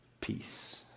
peace